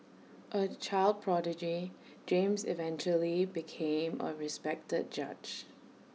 A child prodigy James eventually became A respected judge